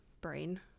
brain